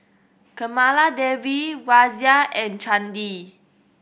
Kamaladevi Razia and Chandi